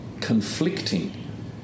conflicting